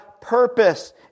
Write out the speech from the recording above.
purpose